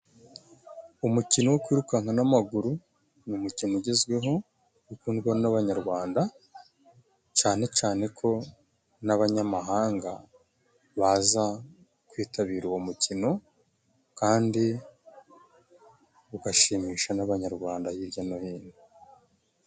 Umukino wo kwirukanka n'amaguru, ni umukino ugezweho, ukundwa n'Abanyarwanda, cyane cyane ko n'abanyamahanga baza kwitabira uwo mukino, kandi ugashimisha n'Abanyarwanda hirya no hino.